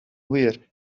wir